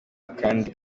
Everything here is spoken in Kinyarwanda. akandi